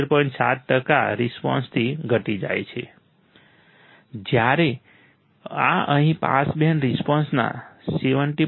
7 ટકા રિસ્પોન્સથી ઘટી જાય છે જ્યારે આ અહીં પાસ બેન્ડ રિસ્પોન્સના 70